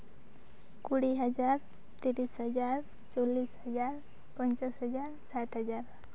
ᱠᱩᱲᱤ ᱦᱟᱡᱟᱨ ᱛᱤᱨᱤᱥ ᱦᱟᱡᱟᱨ ᱪᱚᱞᱞᱤᱥ ᱦᱟᱡᱟᱨ ᱯᱚᱧᱪᱟᱥ ᱦᱟᱡᱟᱨ ᱥᱟᱴ ᱦᱟᱡᱟᱨ